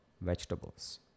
vegetables